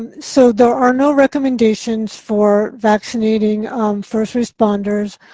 um so there are no recommendations for vaccinating first responders.